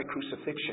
crucifixion